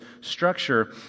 structure